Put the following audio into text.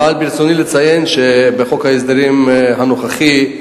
אבל ברצוני לציין שבחוק ההסדרים הנוכחי,